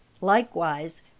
likewise